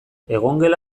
egongela